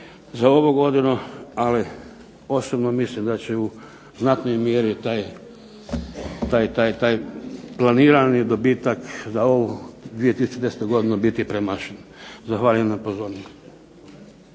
za ovu godinu a li osobno mislim da će u znatnoj mjeri taj planirani dobitak za ovu 2010. godinu biti premašen. Zahvaljujem na pozornosti.